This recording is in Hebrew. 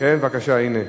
כן, בבקשה, הנה.